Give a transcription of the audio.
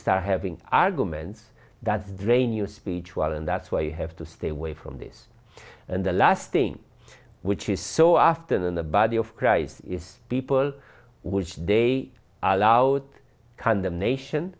start having arguments that's drain you speech well and that's why you have to stay away from this and the last thing which is so often in the body of christ is steeple which they allowed condemnation